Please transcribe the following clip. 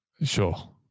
Sure